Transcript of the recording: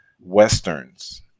westerns